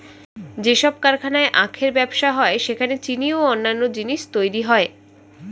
যেসব কারখানায় আখের ব্যবসা হয় সেখানে চিনি ও অন্যান্য জিনিস তৈরি হয়